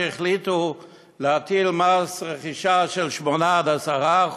כשהחליטו להטיל מס רכישה של 8% 10%,